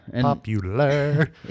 Popular